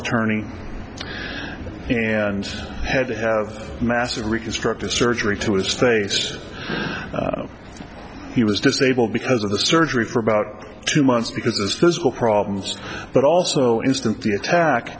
attorney and had to have massive reconstructive surgery to his face he was disabled because of the surgery for about two months because there's physical problems but also instant the attack